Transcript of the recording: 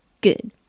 Good